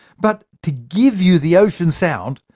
but to give you the ocean sound,